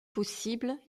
possible